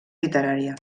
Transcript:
literària